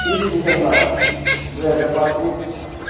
तिस दिसम्बर दुई हजार पच्चिस